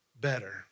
better